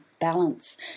balance